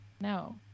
No